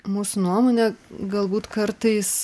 mūsų nuomone galbūt kartais